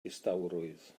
distawrwydd